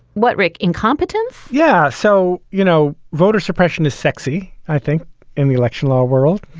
what, rick incompetents? yeah. so, you know, voter suppression is sexy. i think in the election law world,